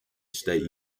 state